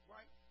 Right